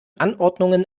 anordnungen